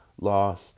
loss